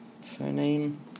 surname